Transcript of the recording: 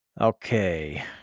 Okay